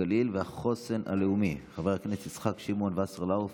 הגליל והחוסן הלאומי חבר הכנסת יצחק שמעון וסרלאוף.